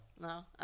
No